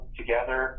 together